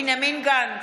בנימין גנץ,